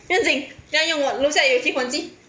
不用经等下用我楼下有取款机